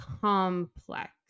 complex